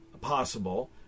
possible